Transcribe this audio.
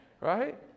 Right